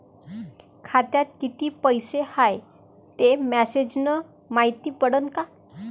खात्यात किती पैसा हाय ते मेसेज न मायती पडन का?